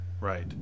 right